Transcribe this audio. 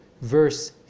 verse